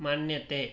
मन्यते